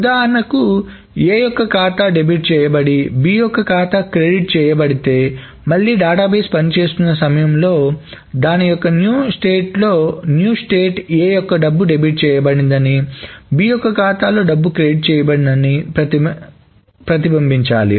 ఉదాహరణకి A యొక్క ఖాతా డెబిట్ చేయబడి B యొక్క ఖాతా క్రెడిట్ చేయబడితే మళ్లీ డేటాబేస్ పనిచేస్తున్న సమయంలో దాని యొక్క న్యూ స్టేట్లో A యొక్క డబ్బు డెబిట్ చేయబడిందని B యొక్క ఖాతాలో డబ్బు క్రెడిట్ చేయబడిందని ప్రతిబింబించాలి